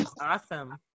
Awesome